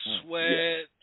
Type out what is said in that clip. Sweat